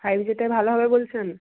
five জিটাই ভালো হবে বলছেন